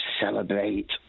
celebrate